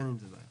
אין עם זה בעיה.